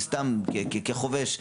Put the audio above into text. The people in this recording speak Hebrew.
כחובש,